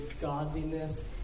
godliness